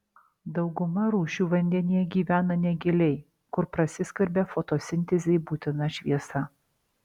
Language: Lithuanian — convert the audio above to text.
dauguma rūšių vandenyje gyvena negiliai kur prasiskverbia fotosintezei būtina šviesa